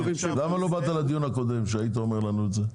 למה לא באת לדיון הקודם והיית אומר לנו את זה?